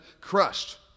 crushed